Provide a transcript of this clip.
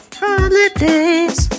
holidays